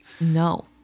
No